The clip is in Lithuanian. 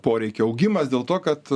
poreikio augimas dėl to kad